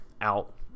out